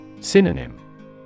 Synonym